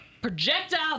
projectile